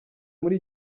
muri